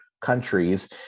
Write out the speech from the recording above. countries